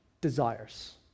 desires